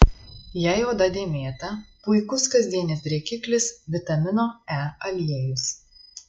jei oda dėmėta puikus kasdienis drėkiklis vitamino e aliejus